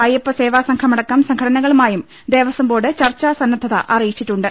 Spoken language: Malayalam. അയ്യപ്പ സേവാസംഘമടക്കം സംഘടനകളുമായും ദേവസ്വം ബോർഡ് ചർച്ചാ സന്നദ്ധത അറിയിച്ചിട്ടുണ്ട്